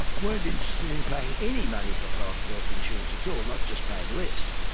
weren't interested in paying any money for private health insurance at all, not just paying less.